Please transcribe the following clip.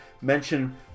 Mention